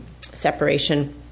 separation